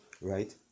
right